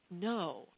No